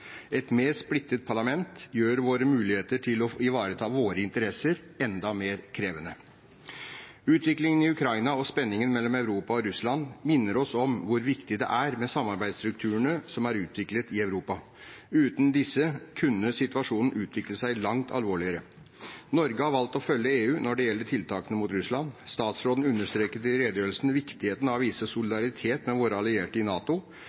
Et mer splittet parlament gjør vår mulighet til å ivareta våre interesser enda mer krevende. Utviklingen i Ukraina og spenningen mellom Europa og Russland minner oss om hvor viktig det er med samarbeidsstrukturene som er utviklet i Europa. Uten disse kunne situasjonen utviklet seg langt alvorligere. Norge har valgt å følge EU når det gjelder tiltakene mot Russland. Statsråden understreket i redegjørelsen viktigheten av å vise solidaritet med våre allierte i NATO,